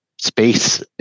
space